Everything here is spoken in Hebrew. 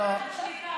שליטה.